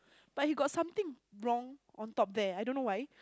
but he got something wrong on top there I don't know why